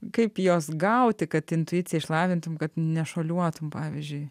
kaip jos gauti kad intuiciją išlavintum kad nešuoliuotum pavyzdžiui